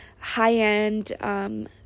high-end